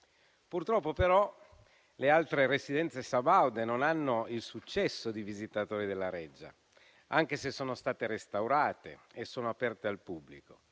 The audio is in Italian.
Purtroppo, però, le altre residenze sabaude non hanno il successo di visitatori della Reggia, anche se sono state restaurate e sono aperte al pubblico,